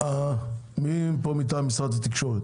מי פה מטעם התקשורת?